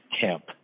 camp